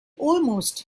almost